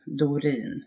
Dorin